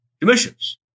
Commissions